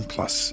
Plus